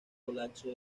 colapso